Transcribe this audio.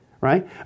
right